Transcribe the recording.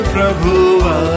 Prabhuva